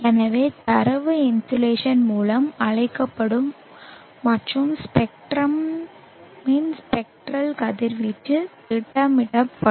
எனவே தரவு இன்சோலேஷன் மூலம் அழைக்கப்படும் மற்றும் ஸ்பெக்ட்ரமின் ஸ்பெக்ட்ரல் கதிர்வீச்சு திட்டமிடப்படும்